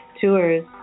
tours